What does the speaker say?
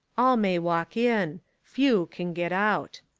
all may walk in few can get out.